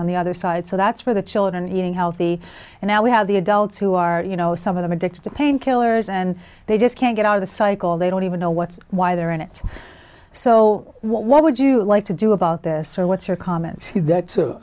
on the other side so that's for the children eating healthy and now we have the adults who are you know some of them addicted to painkillers and they just can't get out of the cycle they don't even know what why they're in it so why would you like to do about this or what's your comment see that